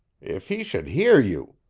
if he should hear you!